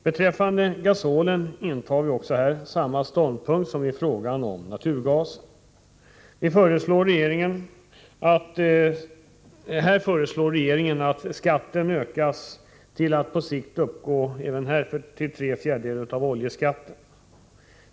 Beträffande gasolen intar vi samma ståndpunkt som i frågan om naturgasen. Här föreslår regeringen att skatten ökas till att på sikt uppgå till tre fjärdedelar av oljeskatten.